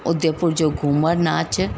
उदयपुर जो घूमरु नाच